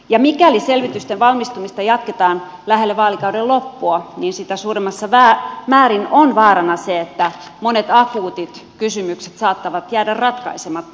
ja mikäli selvitysten valmistumista jatketaan lähellä vaalikauden loppua sitä suuremmassa määrin on vaarana se että monet akuutit kysymykset saattavat jäädä ratkaisematta